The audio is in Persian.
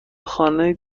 خانه